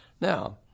Now